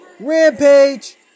Rampage